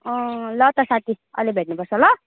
अँ ल त साथी अहिले भेट्नुपर्छ ल